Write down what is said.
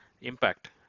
Impact